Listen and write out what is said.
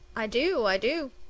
i do! i do!